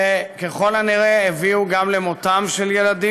שככל הנראה גם הביאו למותם של ילדים